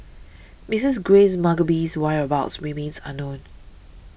Mrs Grace Mugabe's whereabouts remains unknown